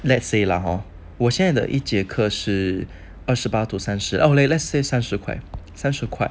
let's say lah hor 我现在的一节课是二十八 to censure lah let's say 三十块三十块